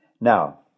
Now